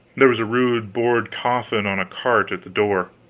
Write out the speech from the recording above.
there was a rude board coffin on a cart at the door,